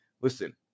listen